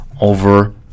over